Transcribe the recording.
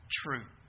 true